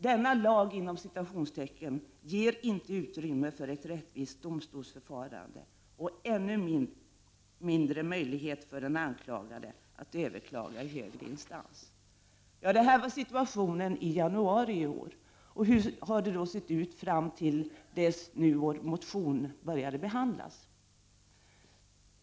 Denna ”lag” ger inte utrymme för ett rättvist domstolsförfarande och ännu mindre möjlighet för den anklagade att överklaga i högre instans.” Detta var situationen i januari i år, och hur har det då sett ut fram till dess vår motion började behandlas?